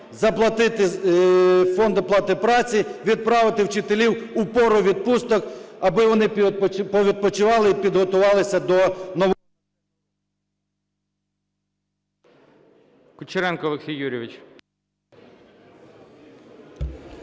заплатити фонду оплати праці, відправити вчителів у пору відпусток, аби вони повідпочивали і підготувалися до…